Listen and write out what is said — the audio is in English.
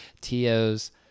TOs